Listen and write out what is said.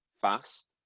fast